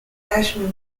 national